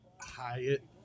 Hyatt